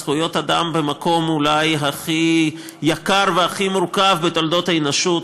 זכויות אדם במקום אולי הכי יקר והכי מורכב בתולדות האנושות,